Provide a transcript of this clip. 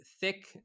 thick